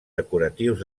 decoratius